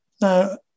Now